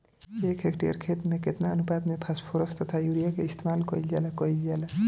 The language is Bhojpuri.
एक हेक्टयर खेत में केतना अनुपात में फासफोरस तथा यूरीया इस्तेमाल कईल जाला कईल जाला?